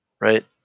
right